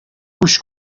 گوش